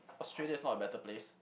Australia is not a better place